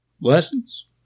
Lessons